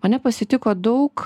mane pasitiko daug